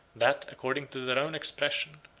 that, according to their own expression,